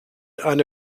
eine